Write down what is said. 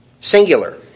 Singular